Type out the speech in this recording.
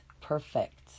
perfect